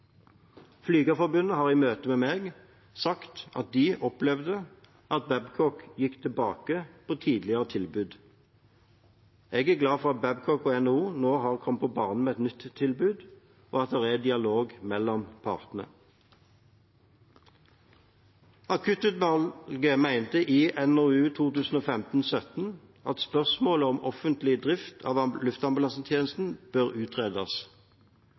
Flygerforbundet har i møte med meg sagt at de opplevde at Babcock gikk tilbake på tidligere tilbud. Jeg er glad for at Babcock og NHO nå har kommet på banen med et nytt tilbud, og at det er dialog mellom partene. Akuttutvalget mente i NOU 2015:17 at spørsmålet om offentlig drift av luftambulansetjenesten bør utredes.